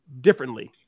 differently